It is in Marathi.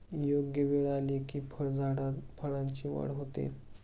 योग्य वेळ आली की फळझाडात फळांची वाढ होते